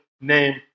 name